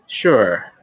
Sure